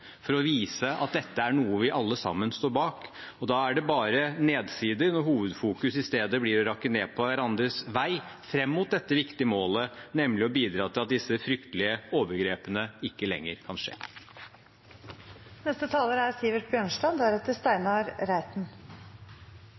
for å vise at dette er noe vi alle sammen står bak. Da er det bare nedrig når hovedfokus i stedet blir å rakke ned på hverandres vei fram mot dette viktige målet, nemlig å bidra til at disse fryktelige overgrepene ikke lenger kan